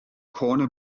corner